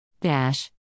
Dash